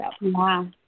Wow